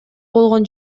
болгон